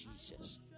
Jesus